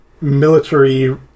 military